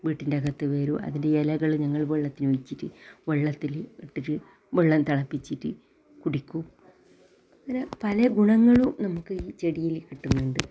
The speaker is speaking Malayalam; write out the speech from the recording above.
വീട്ടിൻ്റകത്ത് വരും അതിൻ്റെ ഇലകൾ നിങ്ങൾ വെള്ളത്തിൽ ഒഴിച്ചിട്ട് വെള്ളത്തിൽ ഇട്ടിട്ട് വെള്ളം തെളപ്പിച്ചിട്ട് കുടിക്കു പല ഗുണങ്ങളും നമുക്ക് ഈ ചെടിയിൽ കിട്ടുന്നുണ്ട്